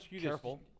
careful